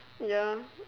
ya